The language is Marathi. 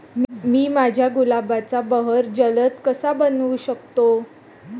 मी माझ्या गुलाबाचा बहर जलद कसा बनवू शकतो?